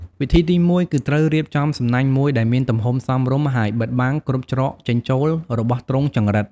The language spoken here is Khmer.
វិធីទីមួយ គឺត្រូវរៀបចំសំណាញ់មួយដែលមានទំហំសមរម្យ ហើយបិទបាំងគ្រប់ច្រកចេញចូលរបស់ទ្រុងចង្រិត។